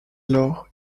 lors